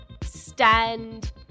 stand